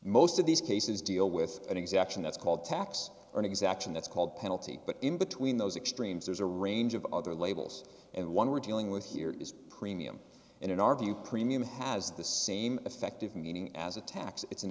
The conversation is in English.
most of these cases deal with an exaction that's called tax in exaction that's called penalty but in between those extremes there's a range of other labels and what we're dealing with here is a premium and in our view premium has the same effect of meaning as a tax it's an